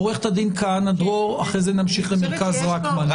עורכת הדין כהנא דרור, אחרי זה נמשיך למרכז רקמן.